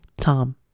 Tom